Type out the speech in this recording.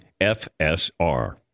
FSR